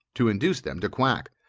to induce them to quack.